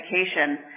education